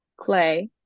Clay